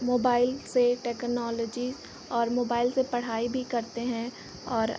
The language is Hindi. मोबाइल से टेकनॉलजी और मोबाइल से पढ़ाई भी करते हैं और